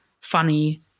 funny